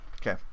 okay